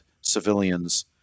civilians